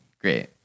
Great